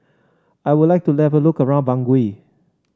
I would like to level look around Bangui